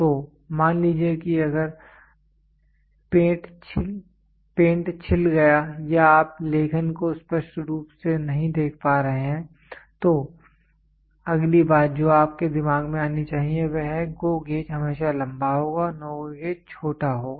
तो मान लीजिए कि अगर पेंट छिल गया या आप लेखन को स्पष्ट रूप से नहीं देख पा रहे हैं तो अगली बात जो आपके दिमाग में आनी चाहिए वह है GO गेज हमेशा लंबा होगा NO GO गेज छोटा होगा